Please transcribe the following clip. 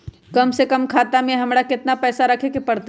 कम से कम खाता में हमरा कितना पैसा रखे के परतई?